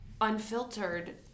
unfiltered